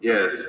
Yes